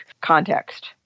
context